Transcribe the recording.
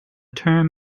term